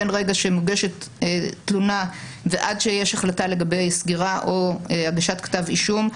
בין רגע שמוגשת תלונה ועד שיש החלטה לגבי סגירה או הגשת כתב אישום.